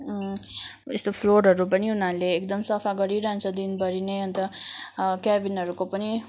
यस्तो फ्लोरहरू पनि उनीहरूले एकदम सफा गरिरहन्छ दिनभरि नै अन्त क्याबिनहरूको पनि